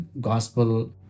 gospel